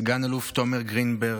סגן אלוף תומר גרינברג,